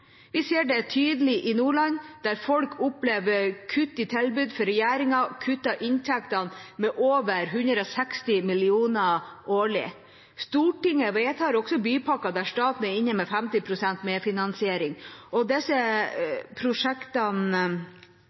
Vi ser det tydelig i Nordland, der folk opplever kutt i tilbud fordi regjeringen kutter inntektene med over 260 mill. kr årlig. Stortinget vedtar også bypakker der staten er inne med 50 pst. medfinansiering. Disse prosjektene